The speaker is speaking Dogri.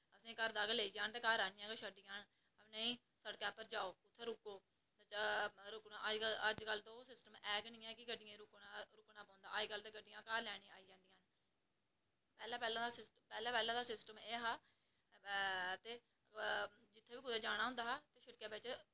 ते असें ई घर दा गै लेई जान ते घर आनियै गै छड्डी जान पर नेईं सड़कै पर जाओ ते रुको रुकना ते अज्जकल ओह् सिस्टम ते ऐ निं गड्डियें गी रुकना पौंदा अज्जकल ते गड्डियां घर लैने गी आई जंदियां पैह्लें पैह्लें पैह्लें पैह्लें दा सिस्टम एह् हा ते जित्थै बी कुदै जाना होंदा हा शिड़कै बिच